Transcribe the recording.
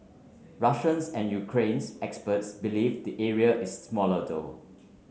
Russians and Ukrainians experts believe the area is smaller though